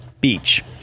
beach